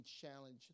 Challenge